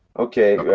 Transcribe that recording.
okay,